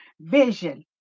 vision